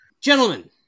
gentlemen